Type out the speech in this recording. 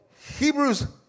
Hebrews